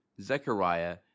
Zechariah